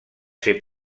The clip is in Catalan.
ser